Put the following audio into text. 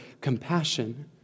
compassion